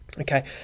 okay